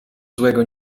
złego